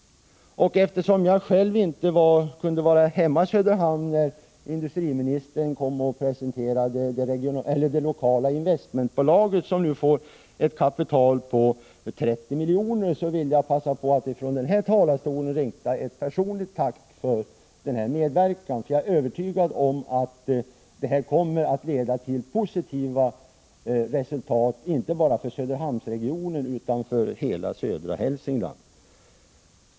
Eftersom jag själv inte kunde vara hemma i Söderhamn när industriministern kom och presenterade det lokala investmentbolag som får ett kapital på 30 milj.kr., vill jag passa på att från denna talarstol rikta ett personligt tack för denna medverkan. Jag är övertygad om att detta kommer att leda till positiva resultat inte bara för Söderhamnsregionen utan för hela södra Hälsingland.